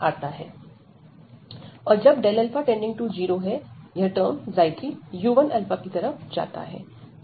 और जब α→0 यह टर्म 3 u1α की तरफ जाता है